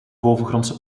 bovengrondse